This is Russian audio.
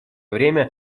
время